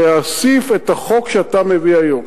להוסיף את החוק שאתה מביא היום,